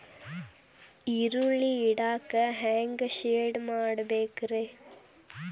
ಈರುಳ್ಳಿ ಇಡಾಕ ಹ್ಯಾಂಗ ಶೆಡ್ ಮಾಡಬೇಕ್ರೇ?